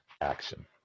action